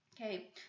Okay